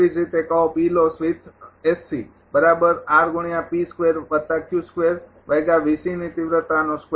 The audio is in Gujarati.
તેવી જ રીતે કહો